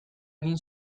egin